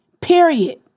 period